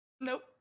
nope